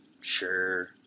sure